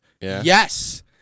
Yes